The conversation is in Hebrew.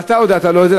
ואתה הודעת לו על זה.